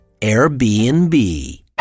Airbnb